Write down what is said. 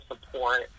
support